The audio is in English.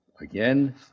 again